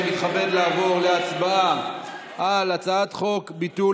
אני מתכבד לעבור להצבעה על הצעת חוק ביטול